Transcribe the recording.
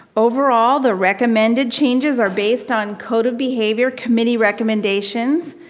overall, the recommended changes are based on code of behavior committee recommendations,